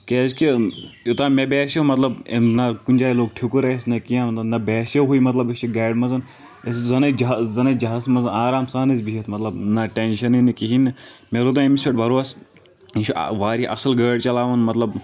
کیٛازِ کہِ یوٚتان مےٚ باسیٚو مطلب أمۍ نہ کُنہِ جایہِ لوٚگ ٹھِکُر اسہِ نہ کینٛہہ مطلب نہ باسیٚوٕے مطلب أسۍ چھِ گاڑِ منٛز أسۍ زن ٲسۍ جہازٕ زن أسۍ جہازس منٛز آرام سان ٲسۍ بِہِتھ مطلب نہ ٹٮ۪نشنٕے نہ کہیٖنۍ نہٕ مےٚ روٗد أمِس پٮ۪ٹھ بروسہٕ یہِ چھُ واریاہ اصل گٲڑۍ چلاوان مطلب